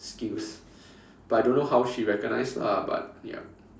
skills but I don't know how she recognize lah but yup